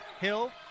Hill